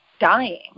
dying